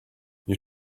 you